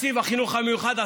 תקציב החינוך המיוחד,